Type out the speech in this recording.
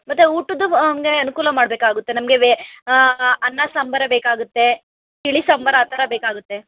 ಮತ್ತೆ ಊಟದ್ದು ನಮಗೆ ಅನುಕೂಲ ಮಾಡಬೇಕಾಗುತ್ತೆ ನಮಗೆ ವೆ ಅನ್ನ ಸಾಂಬರೇ ಬೇಕಾಗುತ್ತೆ ತಿಳಿ ಸಾಂಬಾರು ಆ ಥರ ಬೇಕಾಗುತ್ತೆ